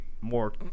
more